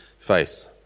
face